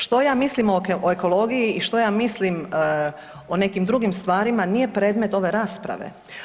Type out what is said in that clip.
Što ja mislim o ekologiji i što ja mislim o nekim drugim stvarima nije predmet ove rasprave.